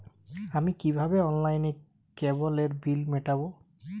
আমি কিভাবে অনলাইনে কেবলের বিল মেটাবো?